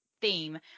theme